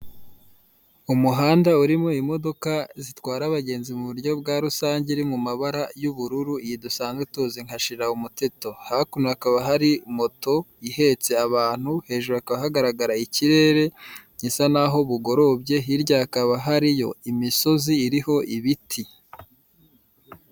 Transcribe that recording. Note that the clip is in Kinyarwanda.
Umuhanda urimo imodoka zitwara abagenzi mu buryo bwa rusange iri mu mabara y'ubururu, iyi dusanzwe tuzi nka shira umuteto, hakuno hakaba hari moto ihetse abantu, hejuru hakaba hagaragara ikirere gisa naho bugorobye, hirya hakaba hariyo imisozi iriho ibiti.